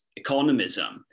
economism